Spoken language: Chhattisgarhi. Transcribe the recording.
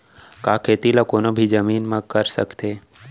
का खेती ला कोनो भी जमीन म कर सकथे?